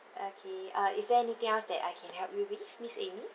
okay uh is there anything else that I can help you with miss amy